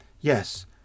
Yes